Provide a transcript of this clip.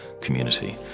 community